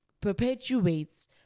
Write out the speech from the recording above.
perpetuates